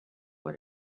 what